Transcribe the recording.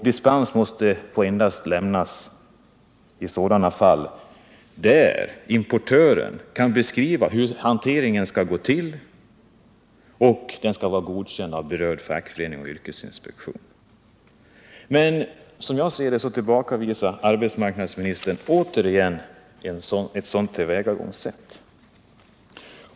Dispens får endast lämnas i sådana fall där importören kan föreskriva hur hanteringen skall gå till och hanteringen har godkänts av berörd fackförening och av yrkesinspektionen. Men arbetsmarknadsministern tillbakavisar, som jag ser det, återigen ett sådant tillvägagångssätt.